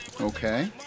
Okay